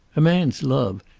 a man's love,